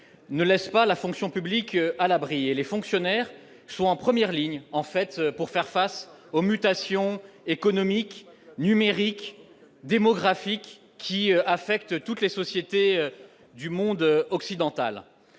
ne laisse pas la fonction publique, à l'abri et les fonctionnaires sont en première ligne en fait pour faire face aux mutations économiques numérique démographique qui affecte toutes les sociétés du monde occidental,